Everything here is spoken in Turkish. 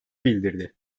bildirdi